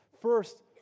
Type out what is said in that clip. First